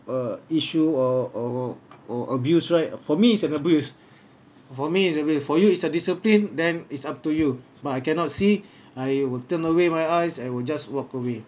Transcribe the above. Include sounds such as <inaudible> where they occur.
uh issue or or or abuse right for me is an abuse <breath> for me it's abuse for you is a discipline then it's up to you but I cannot see I will turn away my eyes and will just walk away